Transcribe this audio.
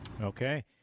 Okay